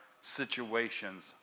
situations